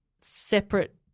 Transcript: separate